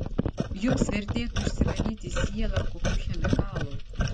jums vertėtų išsivalyti sielą kokiu chemikalu